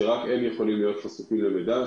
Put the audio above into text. ורק הם יכולים להיות חשופים למידע.